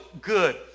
good